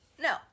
No